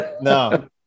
no